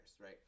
Right